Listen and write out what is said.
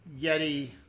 Yeti